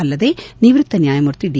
ಅಲ್ಲದೆ ನಿವೃತ್ತ ನ್ಯಾಯಮೂರ್ತಿ ಡಿ